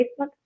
Facebook